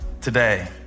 today